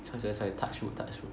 choy choy choy touch wood touch wood